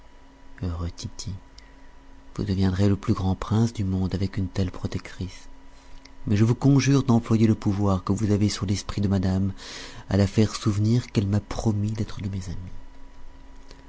heureux tity vous deviendrez le plus grand prince du monde avec une telle protectrice mais je vous conjure d'employer le pouvoir que vous avez sur l'esprit de madame à la faire souvenir qu'elle m'a promis d'être de mes amies